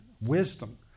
wisdom